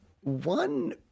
one